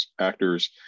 actors